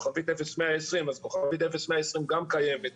אז היא גם קיימת,